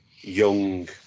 young